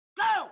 go